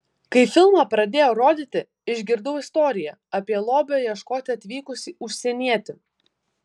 kai filmą pradėjo rodyti išgirdau istoriją apie lobio ieškoti atvykusį užsienietį